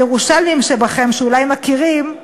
הירושלמים שבכם שאולי מכירים,